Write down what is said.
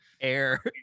air